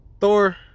Thor